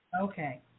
Okay